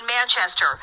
Manchester